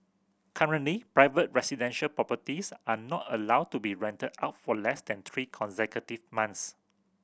currently private residential properties are not allowed to be rented out for less than three consecutive months